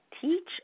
teach